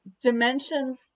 Dimensions